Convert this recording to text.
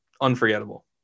unforgettable